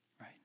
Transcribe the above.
right